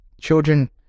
children